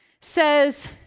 says